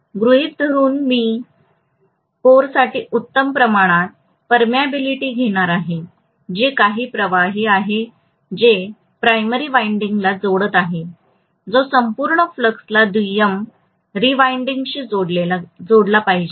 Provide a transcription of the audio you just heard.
गृहीत धरून की मी कोरसाठी उत्तम प्रमाणात पारगम्यता घेणार आहे जे काही प्रवाही आहे जे प्राइमरी विंडिंगला जोडत आहे जो संपूर्ण फ्लक्सला दुय्यम रीवाइंडिंगशी जोडला पाहिजे